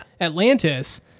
Atlantis